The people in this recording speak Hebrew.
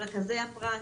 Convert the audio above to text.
רכזי הפרט,